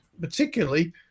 particularly